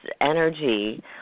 energy